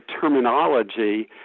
terminology